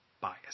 bias